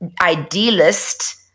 idealist